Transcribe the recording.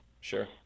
Sure